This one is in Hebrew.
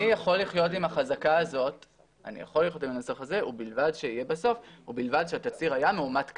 אני יכול לחיות עם הנוסח הזה ובלבד שיהיה בסוף שהתצהיר היה מאומת כדין.